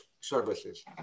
Services